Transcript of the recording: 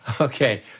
Okay